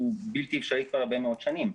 בלתי אפשרי כבר הרבה מאוד שנים.